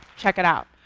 check it out.